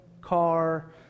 car